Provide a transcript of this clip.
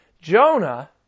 Jonah